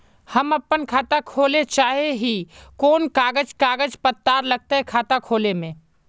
हम अपन खाता खोले चाहे ही कोन कागज कागज पत्तार लगते खाता खोले में?